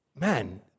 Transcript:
Man